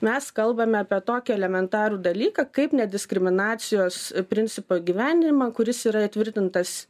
mes kalbame apie tokį elementarų dalyką kaip nediskriminacijos principo įgyvendinimą kuris yra įtvirtintas